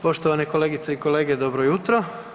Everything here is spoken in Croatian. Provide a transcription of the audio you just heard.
Poštovane kolegice i kolege, dobro jutro.